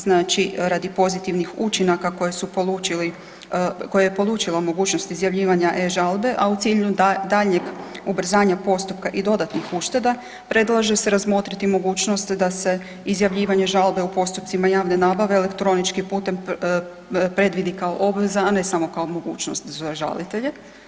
Znači radi pozitivnih učinaka koje je polučilo o mogućnosti izjavljivanja e-žalbe a u cilju daljnjeg ubrzanja postupka i dodatnih ušteda, predlaže se razmotriti mogućnost da se izjavljivanje žalbe u postupcima javne nabave elektroničkim putem predvidi kao obveza a ne samo kao mogućnost za žalitelje.